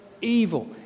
evil